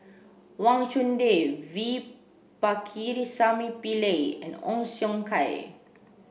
Wang Chunde V Pakirisamy Pillai and Ong Siong Kai